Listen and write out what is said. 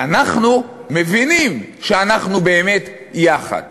ואנחנו מבינים שאנחנו באמת יחד.